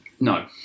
No